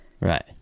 Right